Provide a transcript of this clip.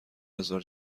هزار